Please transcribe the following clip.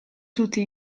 tutti